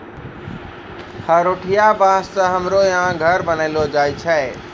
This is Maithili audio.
हरोठिया बाँस से हमरो यहा घर बनैलो जाय छै